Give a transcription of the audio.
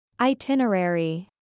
Itinerary